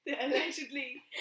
allegedly